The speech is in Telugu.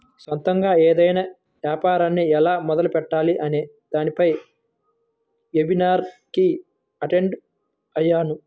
సొంతగా ఏదైనా యాపారాన్ని ఎలా మొదలుపెట్టాలి అనే దానిపై వెబినార్ కి అటెండ్ అయ్యాను